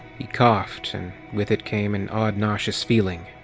he coughed-and with it came an odd nauseous feeling.